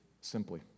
simply